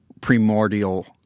primordial